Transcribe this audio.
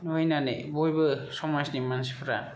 नुहैनानै बयबो समाजनि मानसिफोरा